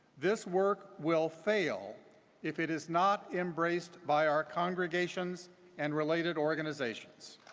this work will fail if it is not embraced by our congregations and related organizations.